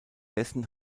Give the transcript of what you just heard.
dessen